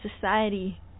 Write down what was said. Society